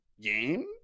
game